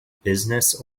business